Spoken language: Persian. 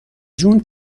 جون